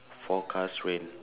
forecast rain